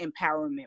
empowerment